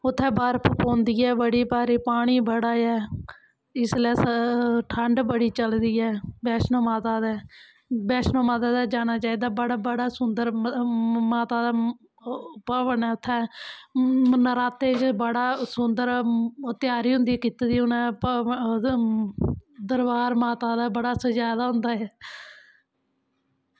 उत्थें बर्फ पौंदी ऐ पानी बड़ा भारी ऐ इसलै ठंड बड़ी चला दी ऐ बैैष्णों माता दै बैैष्णों माता दै जाना चाही दा बड़ा सोह्नां बैैष्णों माता दा भवन ऐ उत्थें नरातें च बड़ी सुन्दर त्यारी होंदी कीती दी दरवार माता दा बड़ा सज़ा दा होंदा ऐ